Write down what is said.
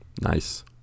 Nice